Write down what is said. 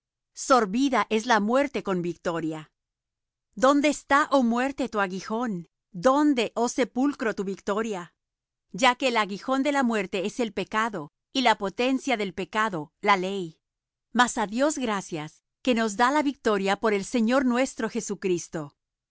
sorbida es la muerte con victoria dónde está oh muerte tu aguijón dónde oh sepulcro tu victoria ya que el aguijón de la muerte es el pecado y la potencia del pecado la ley mas á dios gracias que nos da la victoria por el señor nuestro jesucristo